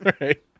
Right